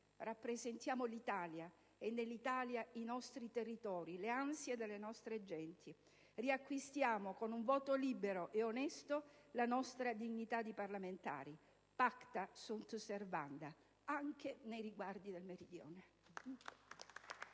rappresentiamo l'Italia e, nell'Italia, i nostri territori e le ansie delle nostre genti. Riacquistiamo, con un voto libero e onesto, la nostra dignità di parlamentari. *Pacta sunt servanda* anche nei riguardi del Meridione.